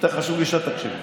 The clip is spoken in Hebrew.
יותר חשוב לי שתקשיב.